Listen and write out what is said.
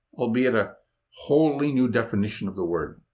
albeit a wholly new definition of the word.